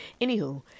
anywho